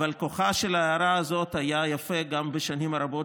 אבל כוחה של ההערה הזאת היה יפה גם בשנים הרבות